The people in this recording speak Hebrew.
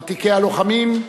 ותיקי הלוחמים,